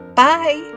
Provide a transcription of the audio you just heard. Bye